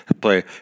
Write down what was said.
play